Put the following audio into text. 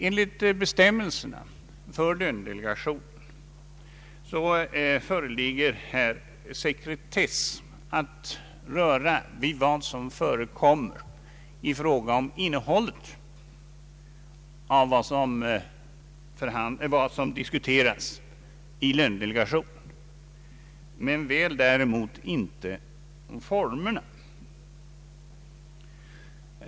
Enligt bestämmelserna för lönedelegationen föreligger sekretess när det gäller innehållet i det som diskuteras i lönedelegationen, men däremot inte när det gäller formerna.